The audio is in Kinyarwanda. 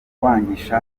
kwangisha